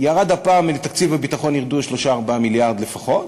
ירד הפעם, לתקציב הביטחון ירדו 4-3 מיליארד לפחות.